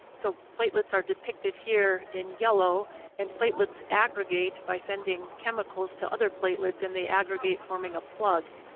so platelets are depicted here in yellow and platelets aggregate by sending chemicals to other platelets and they aggregate, forming a plug.